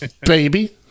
baby